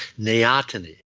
neoteny